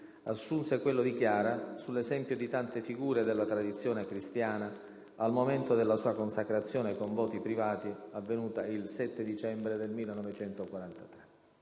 assunse quello di Chiara, sull'esempio di tante figure della tradizione cristiana, al momento della sua consacrazione con voti privati, avvenuta il 7 dicembre 1943.